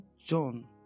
John